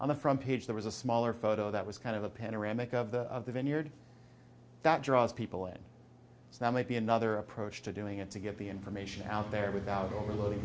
on the front page there was a smaller photo that was kind of a panoramic of the vineyard that draws people in so that might be another approach to doing it to get the information out there without overloading